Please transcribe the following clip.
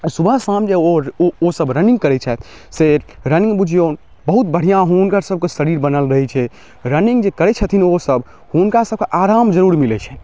सुबह शाम जे ओ ओ सब रनिंग करै छथि से रनिंग बूझियौन बहुत बढ़िआँ हुनकर सबके शरीर बनल रहै छै रनिंग जे करै छथिन ओ सब हुनका सबके आराम जरूर मिलै छै